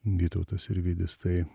vytautas sirvydis tai